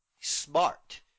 smart